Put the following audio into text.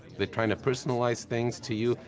they're trying to personalize things to you.